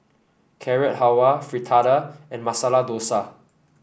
Carrot Halwa Fritada and Masala Dosa